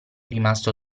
rimasto